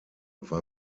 war